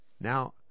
Now